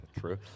True